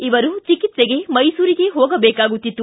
ಇವರು ಚಿಕಿತ್ಸೆಗೆ ಮೈಸೂರಿಗೆ ಹೋಗಬೇಕಾಗುತ್ತಿತ್ತು